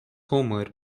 homer